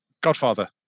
Godfather